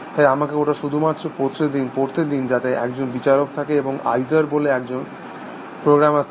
তাই আমাকে ওটা শুধুমাত্র পড়তে দিন যাতে একজন বিচারক থাকে এবং আইজার বলে একটা প্রোগ্রাম থাকে